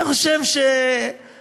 אני חושב שוואללה,